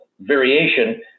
variation